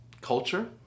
culture